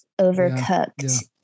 overcooked